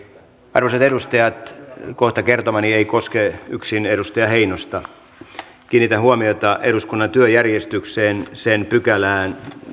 arvoisat edustajat kohta kertomani ei koske yksin edustaja heinosta kiinnitän huomiota eduskunnan työjärjestykseen sen neljänteenkymmenenteenyhdeksänteen pykälään